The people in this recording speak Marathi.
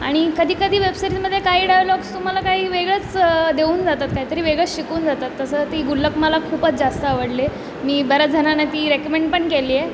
आणि कधीकधी वेबसिरीजमध्ये काही डायलॉग्स तुम्हाला काही वेगळंच देऊन जातात काय तरी वेगळंच शिकून जातात तसं ती गुल्लक मला खूपच जास्त आवडले मी बऱ्याच जणांना ती रेकमेंड पण केली आहे